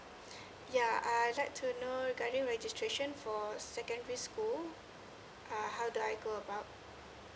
yeah I would like to know regarding registration for secondary school err how do I go about